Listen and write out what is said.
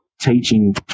teaching